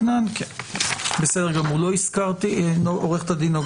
לא הזכרתי את עו"ד נגה